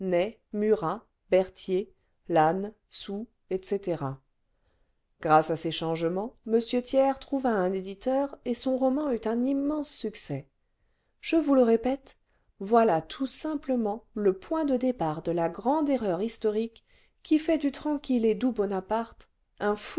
murât berthier lannes soult etc grâce à ces changements m thiers trouva un éditeur et son roman eut un immense succès je vous le répète voilà tout simplement le point de départ de la grande erreur historique qui fait le vingtième siècle du tranquille et doux bonaparte un